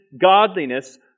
Godliness